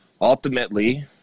ultimately